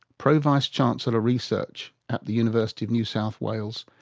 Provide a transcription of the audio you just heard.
pro vice-chancellor research at the university of new south wales,